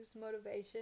motivation